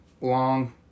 long